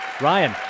Ryan